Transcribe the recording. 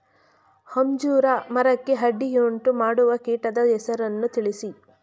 ಅಂಜೂರ ಮರಕ್ಕೆ ಅಡ್ಡಿಯುಂಟುಮಾಡುವ ಕೀಟದ ಹೆಸರನ್ನು ತಿಳಿಸಿ?